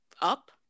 up